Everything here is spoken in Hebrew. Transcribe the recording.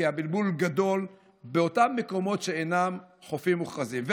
כי באותם מקומות שאינם חופים מוכרזים הבלבול גדול.